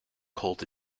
called